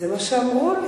זה מה שאמרו לי.